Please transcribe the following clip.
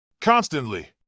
Constantly